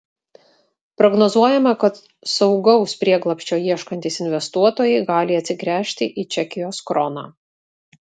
prognozuojama kad saugaus prieglobsčio ieškantys investuotojai gali atsigręžti į čekijos kroną